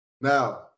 Now